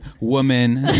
woman